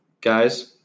Guys